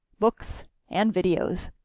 books and videos.